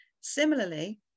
Similarly